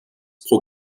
pro